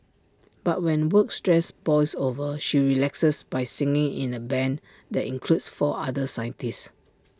but when work stress boils over she relaxes by singing in the Band that includes four other scientists